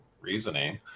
reasoning